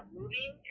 moving